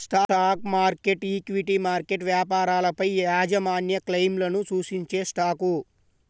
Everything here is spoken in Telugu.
స్టాక్ మార్కెట్, ఈక్విటీ మార్కెట్ వ్యాపారాలపైయాజమాన్యక్లెయిమ్లను సూచించేస్టాక్